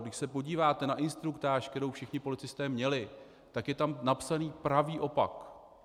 Když se podíváte na instruktáž, kterou všichni policisté měli, tak je tam napsaný pravý opak.